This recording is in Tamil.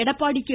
எடப்பாடி கே